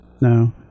no